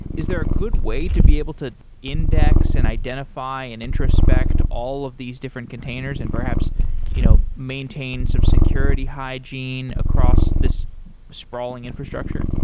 is there a good way to be able to index and identify and introspect all of these different containers and perhaps you know maintain some security hygiene across this sprawling infrastructure?